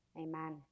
amen